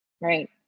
right